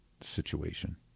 situation